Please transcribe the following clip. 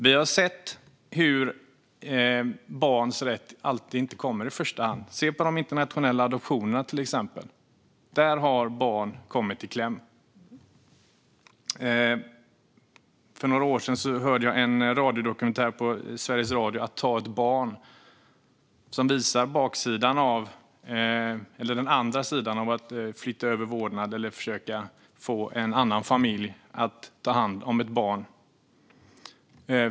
Vi har sett hur barns rätt inte alltid kommer i första hand. Se på de internationella adoptionerna, till exempel! Där har barn kommit i kläm. För några år sedan hörde jag en radiodokumentär i Sveriges Radio, Att ta ett barn , som visar den andra sidan av hur det kan gå när man försöker få en annan familj att ta hand om ett barn.